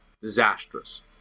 disastrous